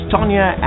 Tanya